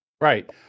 Right